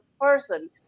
person